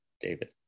David